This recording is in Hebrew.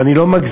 ואני לא מגזים,